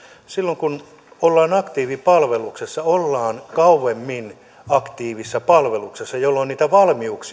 silloin kun ollaan aktiivipalveluksessa ollaan kauemmin aktiivissa palveluksessa jolloin valmiudet